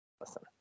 Listen